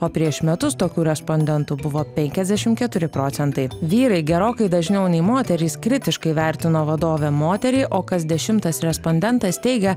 o prieš metus tokių respondentų buvo penkiasdešim keturi procentai vyrai gerokai dažniau nei moterys kritiškai vertino vadovę moterį o kas dešimtas respondentas teigė